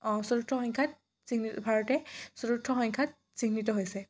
চতুৰ্থ সংখ্যাত ভাৰতে চতুৰ্থ সংখ্যাত চিহ্নিত হৈছে